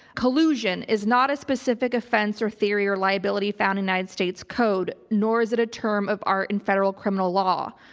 collusion is not a specific offense or theory or liability found united states code, nor is it a term of art in federal criminal law.